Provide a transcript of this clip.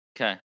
Okay